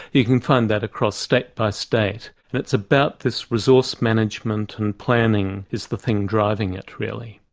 you can find that across state by state, and it's about this resource management and planning is the thing driving it really.